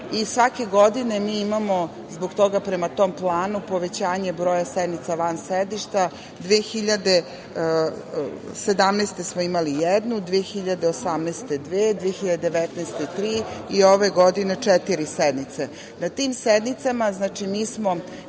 i svake godine mi imamo, zbog toga, prema tom planu, povećanje broja sednica van sedišta. Godine 2017. smo imali jednu, 2018. dve, 2019. godine tri i ove godine četiri sednice. Na tim sednicama mi smo